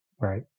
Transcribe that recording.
right